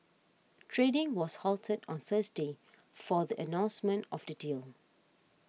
trading was halted on Thursday for the announcement of the deal